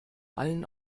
allen